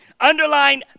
underline